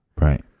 Right